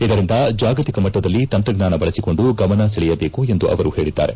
ಇದರಿಂದ ಜಾಗತಿಕ ಮಟ್ಟದಲ್ಲಿ ತಂತ್ರಜ್ಞಾನ ಬಳಸಿಕೊಂಡು ಗಮನ ಸೆಳೆಯಬೇಕು ಎಂದು ಅವರು ಹೇಳಿದ್ದಾರೆ